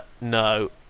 no